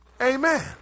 amen